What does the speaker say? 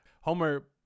Homer